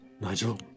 Nigel